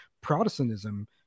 Protestantism